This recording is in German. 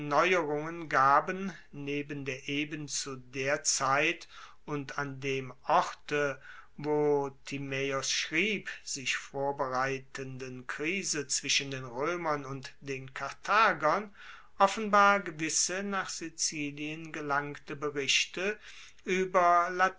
neuerungen gaben neben der eben zu der zeit und an dem orte wo timaeos schrieb sich vorbereitenden krise zwischen den roemern und den karthagern offenbar gewisse nach sizilien gelangte berichte ueber